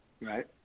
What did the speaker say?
Right